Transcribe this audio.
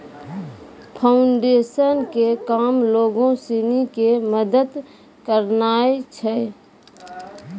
foundation के काम लोगो सिनी के मदत करनाय छै